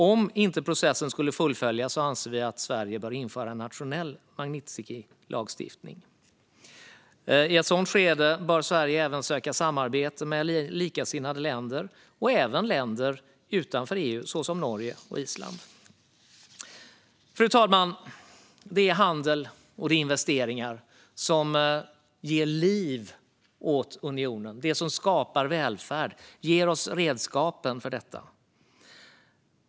Om processen inte skulle fullföljas anser vi att Sverige bör införa en nationell Magnitskijlagstiftning. I ett sådant skede bör Sverige söka samarbete med likasinnade länder, även länder utanför EU, såsom Norge och Island. Fru talman! Det är handel och investeringar som ger liv åt unionen, skapar välfärd och ger oss redskapen för detta.